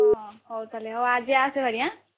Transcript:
ହଁ ହଉ ତାହେଲେ ହଉ ଆଜି ଆସେ ଭାରି ଆଁ